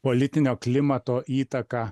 politinio klimato įtaką